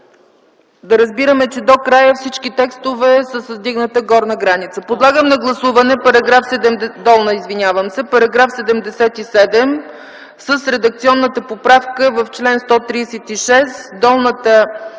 Да разбираме, че до края всички текстове са с вдигната долна граница? Подлагам на гласуване § 77 с редакционната поправка в чл. 136